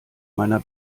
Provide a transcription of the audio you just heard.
meiner